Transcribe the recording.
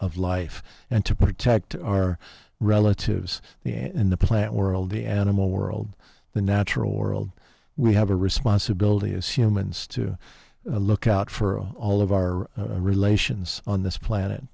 life and to protect our relatives in the plant world the animal world the natural world we have a responsibility as humans to look out for all of our relations on this planet